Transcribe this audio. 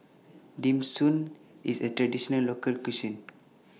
Dim Sum IS A Traditional Local Cuisine